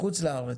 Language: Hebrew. בחוץ לארץ?